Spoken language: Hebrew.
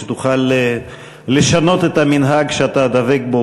שתוכל לשנות את המנהג שאתה דבק בו,